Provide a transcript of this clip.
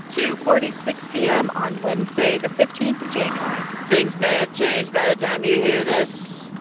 two forty six p m. on wednesday, the fifteen of january things may have changed by the time you hear this.